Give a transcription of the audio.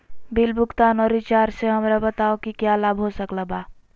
Bill भुगतान और recharge से हमरा बताओ कि क्या लाभ हो सकल बा?